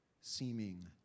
seeming